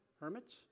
hermits